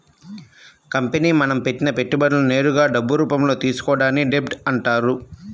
company మనం పెట్టిన పెట్టుబడులను నేరుగా డబ్బు రూపంలో తీసుకోవడాన్ని డెబ్ట్ అంటారు